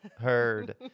heard